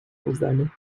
میزنه